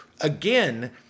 Again